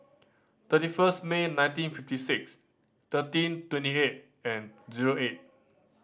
thirty first May nineteen fifty six thirteen twenty eight and zero eight